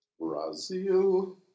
Brazil